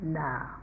now